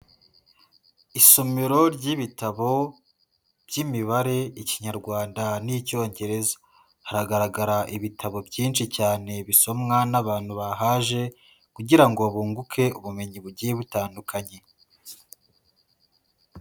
Isomero ry'ibitabo by'imibare, Ikinyarwanda n'Icyongereza. Haragaragara ibitabo byinshi cyane bisomwa n'abantu bahaje kugira ngo bunguke ubumenyi bugiye butandukanye.